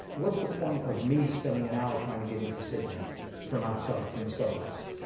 what's the point of me spending an hour trying to get into sydney from outside, from the suburbs.